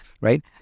right